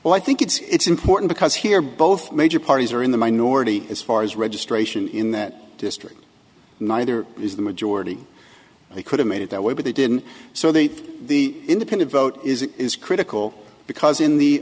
well i think it's important because here both major parties are in the minority as far as registration in that district neither is the majority they could have made it that way but they didn't so they the independent vote is it is critical because in the